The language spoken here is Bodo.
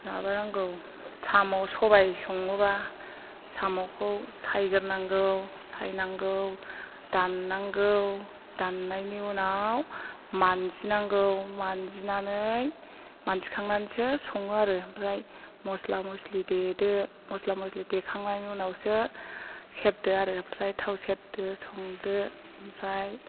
माबानांगौ साम' सबाय सङोबा साम'खौ सायग्रोनांगौ सायनांगौ दाननांगौ दाननायनि उनाव मान्जिनांगौ मान्जिनानै मान्जिखांनानैसो सङो आरो ओमफ्राय मस्ला मस्लि देदो मस्ला मस्लि देखांनायनि उनावसो सेरदो आरो ओमफ्राय थाव सेरदो संदो ओमफ्राय